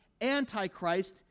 Antichrist